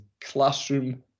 classroom